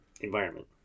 environment